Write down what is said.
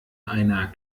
einer